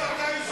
אני רוצה לדבר.